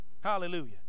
Hallelujah